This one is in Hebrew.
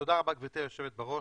תודה רבה גברתי היושבת-ראש.